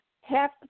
half